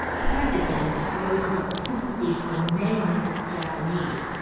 president roosevelt's sympathies were mainly with the japanese,